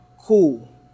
Cool